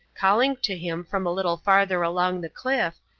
calling to him from a little farther along the cliff,